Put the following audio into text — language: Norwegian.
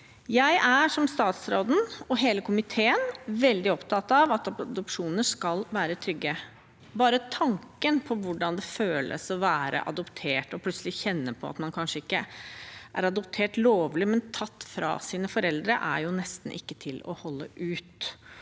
Jeg er, som statsråden og hele komiteen, veldig opptatt av at adopsjoner skal være trygge. Bare tanken på hvordan det føles å være adoptert og plutselig kjenne på at man kanskje ikke er adoptert lovlig, men tatt fra sine foreldre, er jo nesten ikke til å holde ut.